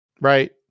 Right